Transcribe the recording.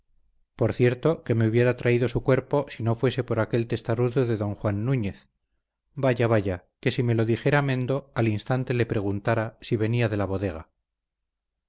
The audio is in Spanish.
por cierto que me hubiera traído su cuerpo si no fuese por aquel testarudo de don juan núñez vaya vaya que si me lo dijera mendo al instante le preguntara si venía de la bodega